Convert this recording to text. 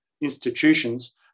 institutions